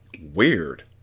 Weird